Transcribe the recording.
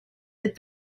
that